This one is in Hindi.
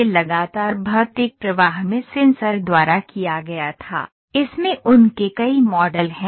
यह लगातार भौतिक प्रवाह में सेंसर द्वारा किया गया था इसमें उनके कई मॉडल हैं